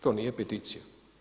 To nije peticija.